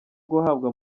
guhabwa